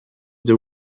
the